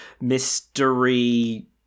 mystery